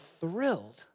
thrilled